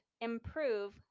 improve